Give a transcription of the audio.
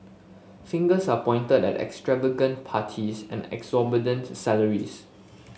fingers are pointed at extravagant parties and exorbitant salaries